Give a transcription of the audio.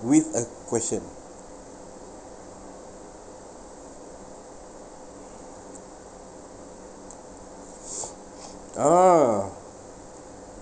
with a question a'ah